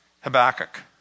Habakkuk